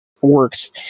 works